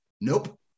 Nope